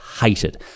hated